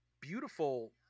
beautiful